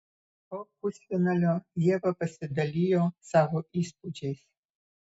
po pusfinalio ieva pasidalijo savo įspūdžiais